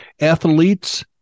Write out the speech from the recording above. Athletes